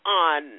on